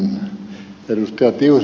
olen ed